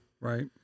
Right